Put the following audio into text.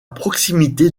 proximité